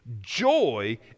Joy